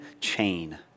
chain